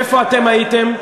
איפה אתם הייתם?